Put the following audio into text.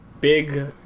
big